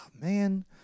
Man